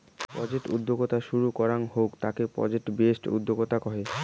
project উদ্যোক্তা শুরু করাঙ হউক তাকে প্রজেক্ট বেসড উদ্যোক্তা কহে